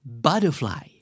Butterfly